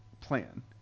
plan